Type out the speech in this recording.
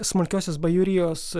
smulkiosios bajorijos